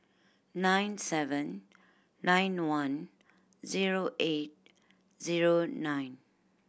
nine seven nine one zero eight zero nine